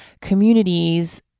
communities